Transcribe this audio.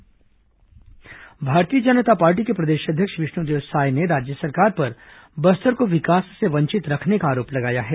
साय कोंडागांव भारतीय जनता पार्टी के प्रदेश अध्यक्ष विष्णुदेव साय ने राज्य सरकार पर बस्तर को विकास से वंचित करने का आरोप लगाया है